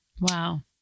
Wow